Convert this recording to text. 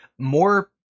More